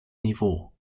niveau